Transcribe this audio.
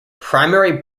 primary